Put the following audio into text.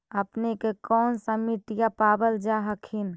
अपने के कौन सा मिट्टीया पाबल जा हखिन?